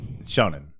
shonen